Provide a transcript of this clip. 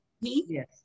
Yes